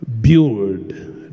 Build